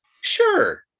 Sure